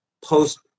post